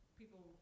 people